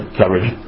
coverage